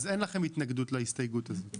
אז אין לכם התנגדות להסתייגות הזאת.